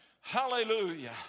Hallelujah